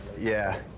yeah.